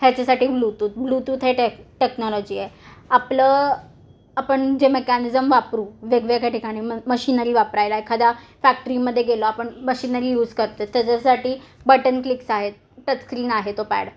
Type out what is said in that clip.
ह्याच्यासाठी Bluetooth Bluetooth हे टे टेक्नॉलॉजी आहे आपलं आपण जे मेकॅनिजम वापरू वेगवेगळ्या ठिकाणी म मशीनरी वापरायला एखादा फॅक्टरीमध्ये गेलो आपण मशीनरी यू करतो त्याच्यासाठी बटन क्लिक्स आहेत टच स्क्रीन आहे तो पॅड